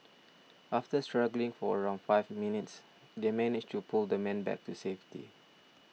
after struggling for around five minutes they managed to pull the man back to safety